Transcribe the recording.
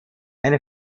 eine